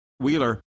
wheeler